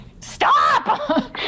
Stop